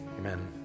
Amen